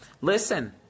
listen